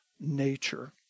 nature